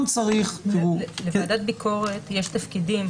לוועדת ביקורת יש תפקידים,